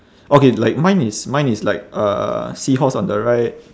okay like mine is mine is like uh seahorse on the right